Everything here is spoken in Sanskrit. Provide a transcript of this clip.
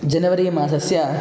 जनवरीमासस्य